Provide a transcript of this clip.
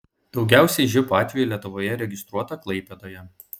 daugiausiai živ atvejų lietuvoje registruota klaipėdoje